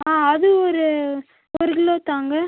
ஆ அது ஒரு ஒரு கிலோ தாங்க